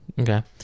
Okay